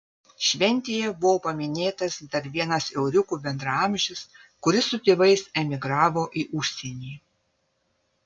šventėje buvo paminėtas dar vienas euriukų bendraamžis kuris su tėvais emigravo į užsienį